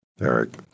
Eric